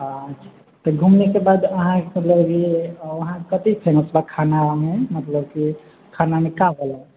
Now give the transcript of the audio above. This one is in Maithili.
अच्छा तऽ घूमनेके बाद अहाँकेँ मतलब आओर वहाँ कथि फेमस बा खानामे मतलब कि खानामे का भेलै